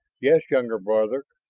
yes, younger brother?